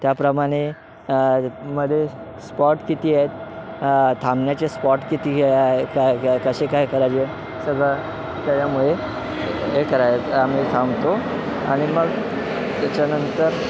त्याप्रमाणे मध्ये स्पॉट किती आहेत थांबण्याचे स्पॉट किती आहे काय काय कसे काय करायचे सगळं त्याच्यामुळे हे कराय आम्ही सांगतो आणि मग त्याच्यानंतर